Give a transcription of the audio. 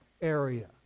area